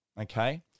okay